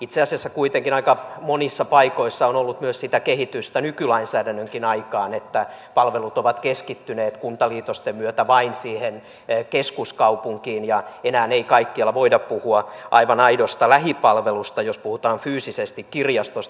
itse asiassa kuitenkin aika monissa paikoissa on ollut myös sitä kehitystä nykylainsäädännönkin aikaan että palvelut ovat keskittyneet kuntaliitosten myötä vain siihen keskuskaupunkiin ja enää ei kaikkialla voida puhua aivan aidosta lähipalvelusta jos puhutaan fyysisesti kirjastosta